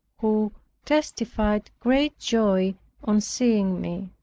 who testified great joy on seeing me.